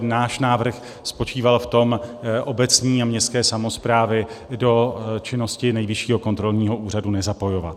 Náš návrh spočíval v tom, obecní a městské samosprávy do činnosti Nejvyššího kontrolního úřadu nezapojovat.